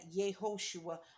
Yehoshua